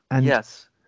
Yes